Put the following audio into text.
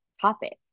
topic